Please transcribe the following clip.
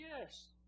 yes